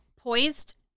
poised